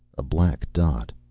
a black dot.